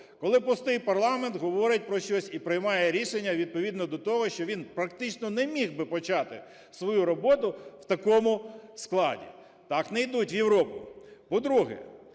коли пустий парламент говорить про щось і приймає рішення відповідно до того, що він практично не міг би почати свою роботу в такому складі. Так не йдуть в Європу. По-друге.